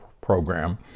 program